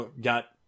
got